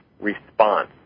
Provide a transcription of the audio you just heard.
response